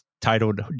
titled